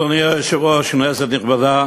אדוני היושב-ראש, כנסת נכבדה,